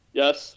yes